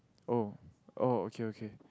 oh oh okay okay